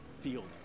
field